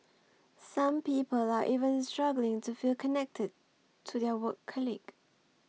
some people are even struggling to feel connected to their work colleagues